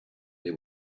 they